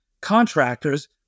contractors